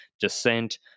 descent